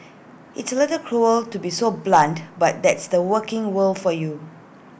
it's little cruel to be so blunt but that's the working world for you